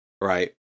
Right